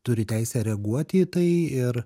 turi teisę reaguoti į tai ir